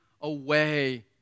away